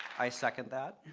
i second that.